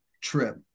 trip